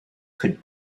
could